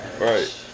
Right